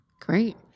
Great